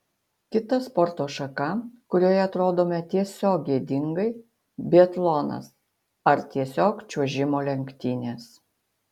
kita sporto šaka kurioje atrodome tiesiog gėdingai biatlonas ar tiesiog čiuožimo lenktynės